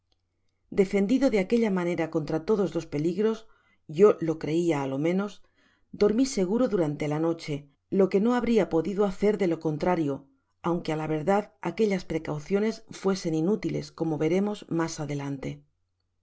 defendido de aquella manera contra todos los peligros yo lo creia á lo menos dormi seguro durante la noche lo que no babria podido hacer de lo contrario aunque á la verdad aquellas precauciones fuesen inútiles como veremos mas adelante